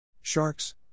Sharks